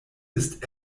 ist